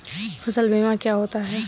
फसल बीमा क्या होता है?